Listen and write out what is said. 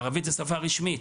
ערבית היא שפה רשמית,